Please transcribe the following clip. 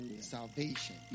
salvation